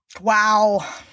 Wow